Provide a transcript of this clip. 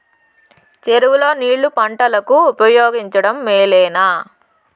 చెరువు లో నీళ్లు పంటలకు ఉపయోగించడం మేలేనా?